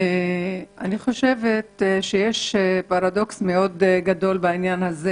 אני חושבת שיש פרדוקס בעניין הזה.